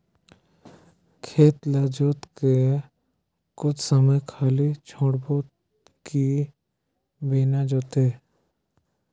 खेत ल जोत के कुछ समय खाली छोड़बो कि बिना जोते?